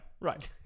Right